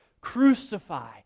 Crucify